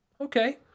okay